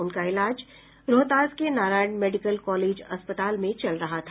उनका इलाज रोहतास के नारायण मेडिकल कॉलेज अस्पताल में चल रहा था